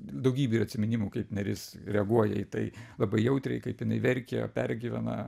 daugybė ir atsiminimų kaip nėris reaguoja į tai labai jautriai kaip jinai verkia pergyvena